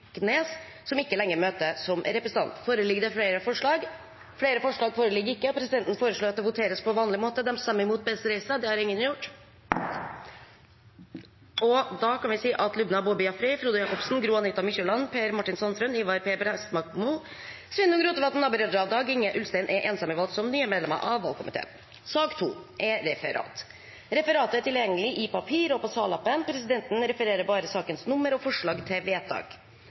som ikke lenger møter som representant. Foreligger det flere forslag? – Så synes ikke. Presidenten foreslår at det voteres på vanlig måte. Lubna Boby Jaffery, Frode Jacobsen, Gro-Anita Mykjåland, Per Martin Sandtrøen, Ivar B. Prestbakmo, Sveinung Rotevatn, Abid Raja og Dag-Inge Ulstein er enstemmig valgt som nye varamedlemmer av valgkomiteen. Sakene på dagens kart er